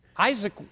Isaac